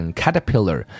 caterpillar